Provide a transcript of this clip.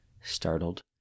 startled